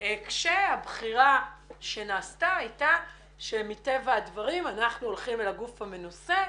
כאשר הבחירה שנעשתה הייתה שמטבע הדברים אנחנו הולכים אל הגוף המנוסה,